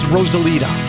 Rosalita